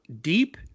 deep